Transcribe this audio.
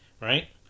Right